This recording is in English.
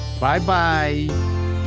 Bye-bye